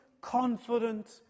confident